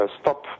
stop